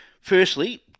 Firstly